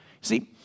See